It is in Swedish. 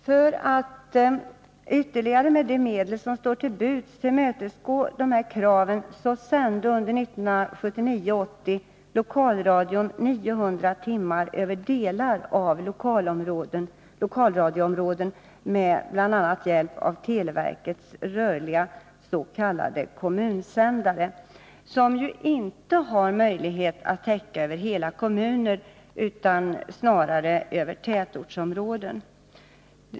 För att ytterligare med de medel som står till buds tillmötesgå de här kraven sände under 1979/80 lokalradion 900 timmar över delar av lokalradioområden med bl.a. hjälp av televerkets s.k. kommunsändare, som ju inte har möjlighet att täcka hela kommuner utan endast tätortsområden.